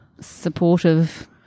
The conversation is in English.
supportive